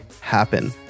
happen